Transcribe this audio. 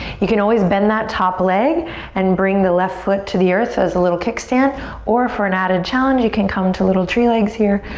you can always bend that top leg and bring the left foot to the earth as a little kickstand or for an added challenge you can come to little tree legs here.